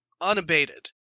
unabated